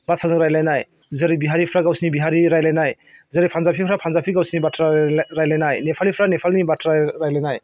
भाषाजों रायज्लायनाय जेरै बिहारिफ्रा गावसिनि बिहारि रायज्लायनाय जेरै पानजाबिफ्रा पानजाबि गावसिनि बाथ्रा रायज्लायनाय नेपालिफ्रा नेपालिनि बाथ्रा रायज्लायनाय